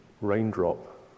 raindrop